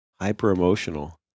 hyper-emotional